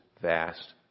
vast